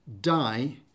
die